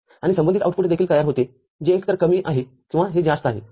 आणि संबंधित आउटपुट देखील तयार होते जे एकतर कमी आहे किंवा हे जास्त आहे